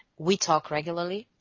we talk regularly.